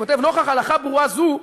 הוא כותב: "נוכח הלכה ברורה זו,